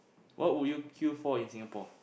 what would queue for in Singapore